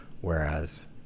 whereas